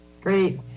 great